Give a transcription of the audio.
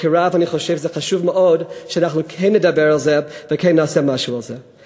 כרב אני חושב שזה חשוב מאוד שאנחנו כן נדבר על זה וכן נעשה משהו על זה.